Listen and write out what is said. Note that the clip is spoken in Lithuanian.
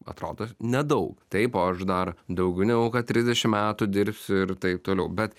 atrodo nedaug taip o aš dar daugiau negu kad trisdešim metų dirbsiu ir taip toliau bet